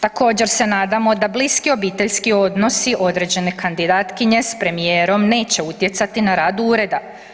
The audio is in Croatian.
Također se nadamo da bliski obiteljski odnosi određene kandidatkinje s premijerom neće utjecati na rad ureda.